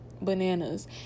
bananas